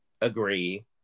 agree